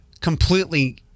Completely